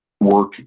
work